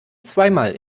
zweimal